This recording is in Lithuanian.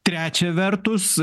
trečia vertus